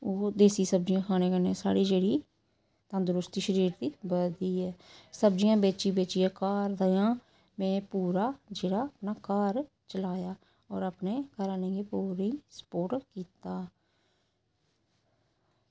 ओह् देसी सब्ज़ियां खाने कन्नै साढ़ी जेह्ड़ी तंदरुस्ती शरीर दी बधदी ऐ सब्ज़ियां बेची बेचियै घर दा इयां पूरा में जेह्ड़ा न घर चलाया होर अपने घरा आह्लें गी पूरी स्पोर्ट कीता